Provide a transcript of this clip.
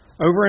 over